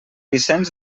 vicenç